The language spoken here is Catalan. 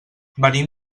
venim